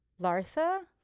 larsa